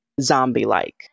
zombie-like